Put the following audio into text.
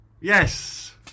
Yes